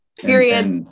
Period